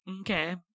Okay